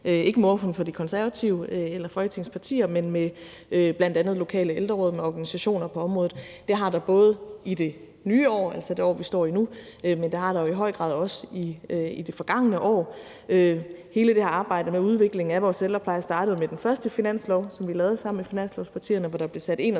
ordføreren for De Konservative eller med Folketingets partier i øvrigt, men med bl.a. lokale ældreråd og organisationer på området. Det har der både været i det nye år, altså i det år, vi står i nu, men i høj grad også i det forgangne år. Hele det her arbejde med udviklingen af vores ældrepleje startede med den første finanslov, som vi lavede sammen med finanslovspartierne, og hvor der blev sat 31